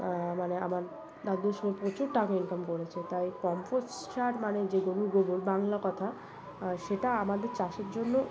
মানে আমার দাদের সময় প্রচুর টাকা ইনকাম করেছে তাই কম্পোস্টার মানে যে গরুর গোবর বাংলা কথা সেটা আমাদের চাষের জন্য